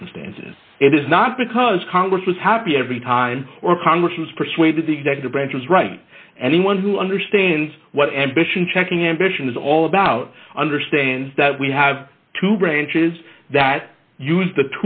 circumstances it is not because congress is happy every time or congress has persuaded the executive branch is right anyone who understands what ambition checking ambition is all about understands that we have two branches that use the